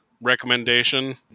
recommendation